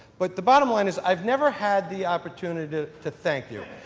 but, the bottom line is i have never had the opportunity to thank you.